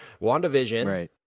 WandaVision